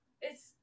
It's-